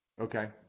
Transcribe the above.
Okay